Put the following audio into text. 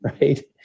Right